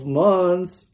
months